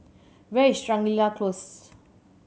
where is Shangri La Close